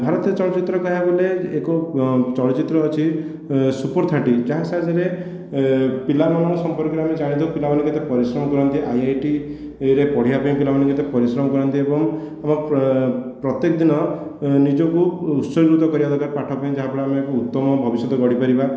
ଭାରତୀୟ ଚଳଚିତ୍ର କହିବାକୁ ଗଲେ ଏକ ଚଳଚିତ୍ର ଅଛି ସୁପର ଥାର୍ଟି ଯାହା ସାହାଯ୍ୟରେ ପିଲାମାନଙ୍କ ସମ୍ପର୍କରେ ଆମେ ଜାଣିଥାଉ ପିଲାମାନେ କେତେ ପରିଶ୍ରମ କରନ୍ତି ଆଇଆଇଟି ରେ ପଢ଼ିବା ପାଇଁ ପିଲାମାନେ କେତେ ପରିଶ୍ରମ କରନ୍ତି ଏବଂ ଆମ ପ୍ରତ୍ୟେକ ଦିନ ନିଜକୁ ଉତ୍ସକୃତ କରିବା ଦରକାର ପାଠ ପାଇଁ ଯାହା ଫଳରେ ଆମେ ଏକ ଉତ୍ତମ ଭବିଷ୍ୟତ ଗଢ଼ି ପାରିବା